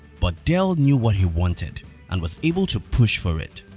but dell knew what he wanted and was able to push for it.